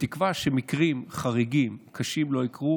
בתקווה שמקרים חריגים, קשים, לא יקרו,